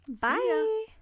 bye